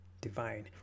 divine